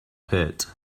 pit